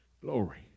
glory